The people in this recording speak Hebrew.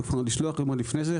או לשלוח עוד לפני זה?